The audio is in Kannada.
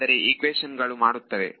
ಆದರೆ ಈಕ್ವೇಶನ್ ಗಳು ಮಾಡುತ್ತವೆ